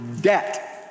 debt